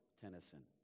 Tennyson